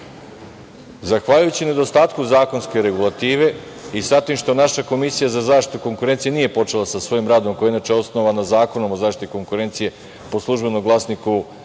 Zahvaljujući nedostatku zakonske regulative i sa tim što naša Komisija za zaštitu konkurencije nije počela sa svojim radom, koja je inače osnovana Zakonom o zaštiti konkurencije, po „Službenom glasniku“